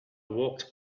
walked